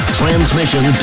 transmission